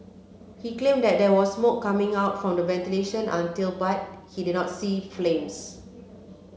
he claimed that there was smoke coming out from the ventilation util but he did not see flames